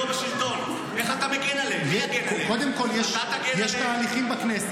אתה לא רוצה דמוקרטיה, אתה רוצה מועצת חכמים,